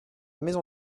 maison